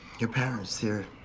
your parents, they're.